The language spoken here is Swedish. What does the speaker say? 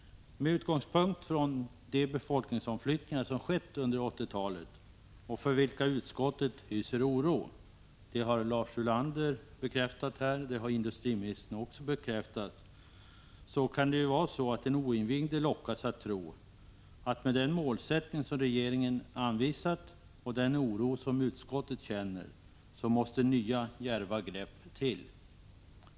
Med utgångspunkt i de befolkningsomflyttningar som skett under 1980 talet och för vilka utskottet hyser oro — det har Lars Ulander bekräftat här, och det har industriministern också gjort — kan den oinvigde lockas att tro, att med den målsättning som regeringen anvisat och den oro som utskottet känner, måste nya djärva grepp till.